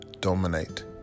dominate